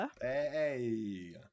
Hey